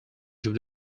would